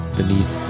beneath